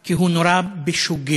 כי הוא נורה בשוגג.